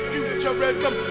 Futurism